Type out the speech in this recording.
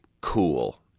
Cool